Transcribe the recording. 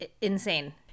insane